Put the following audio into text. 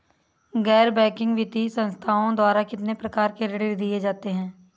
गैर बैंकिंग वित्तीय संस्थाओं द्वारा कितनी प्रकार के ऋण दिए जाते हैं?